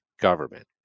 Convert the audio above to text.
government